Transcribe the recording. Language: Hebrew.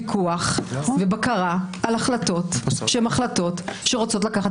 פיקוח ובקרה על החלטות שהן החלטות שרוצות לקחת